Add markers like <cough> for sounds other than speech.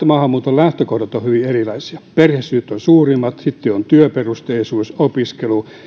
<unintelligible> maahanmuuton lähtökohdat ovat hyvin erilaisia perhesyyt ovat suurimmat sitten ovat työperusteisuus opiskelu